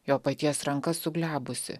jo paties ranka suglebusi